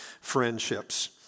friendships